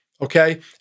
okay